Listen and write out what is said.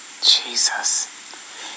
Jesus